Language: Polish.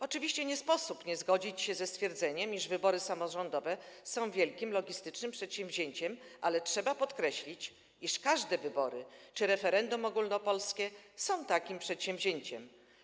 Oczywiście nie sposób nie zgodzić się ze stwierdzeniem, iż wybory samorządowe są wielkim logistycznym przedsięwzięciem, ale trzeba podkreślić, iż każde wybory czy referendum ogólnopolskie są takimi przedsięwzięciami.